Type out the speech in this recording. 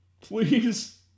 please